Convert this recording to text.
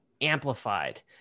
amplified